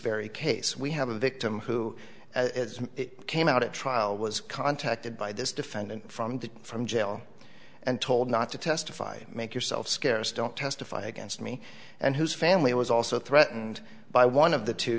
very case we have a victim who came out at trial was contacted by this defendant from the from jail and told not to testify make yourself scarce don't testify against me and his family was also threatened by one of the two